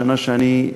בשנה שאני,